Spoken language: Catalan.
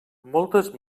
moltes